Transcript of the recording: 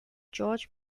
george